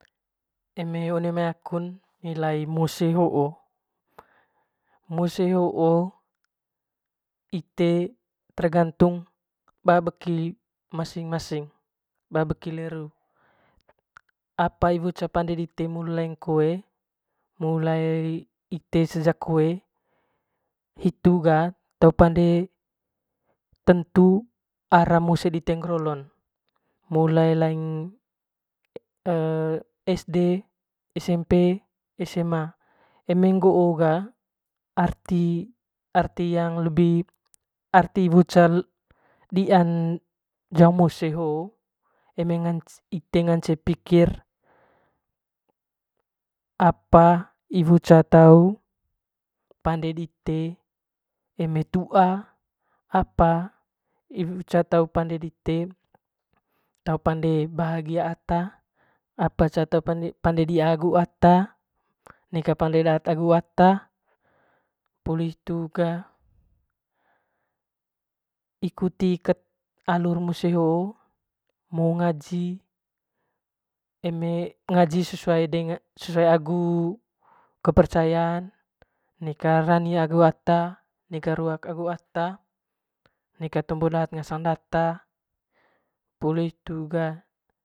Eme one mai akun nilai mose hoo ite ter gantung weki masing masing ba weki de ru apa iwo cai pande dite mulai koe mulai ite sejak koe hitu ga te pande tentu arah mose dite nger olon mulai laing esde esempe esema eme ngoo ga arti yang lebih arti ce lebih dian ja mose hoo eme ite ngance pikir apa iwo ca tau pande dite eme tuaa apa iwo ca tau pande dite te pande bahagia ata aapa te ca pande dite gu ata neka pande data gu ata poli hitu ga ikuti ket alur mose hoo ngo ngaji sesuai sesuai agu kepercayaan neka rani agu ata neka ruak agu ata neka tombo data ngasang data pli hitu ga.